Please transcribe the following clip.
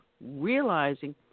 realizing